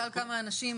תשאל הרבה אנשים,